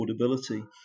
affordability